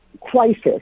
crisis